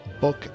book